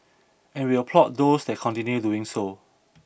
and we applaud those that continue doing so